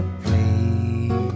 please